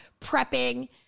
prepping